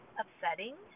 upsetting